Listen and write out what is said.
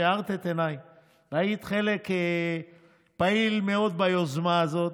שהארת את עיניי והיית חלק פעיל מאוד ביוזמה הזאת.